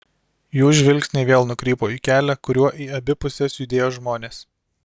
jų žvilgsniai vėl nukrypo į kelią kuriuo į abi puses judėjo žmonės